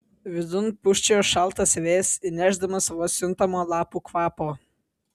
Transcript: vidun pūsčiojo šaltas vėjas įnešdamas vos juntamo lapų kvapo